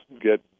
get